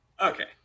okay